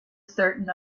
certain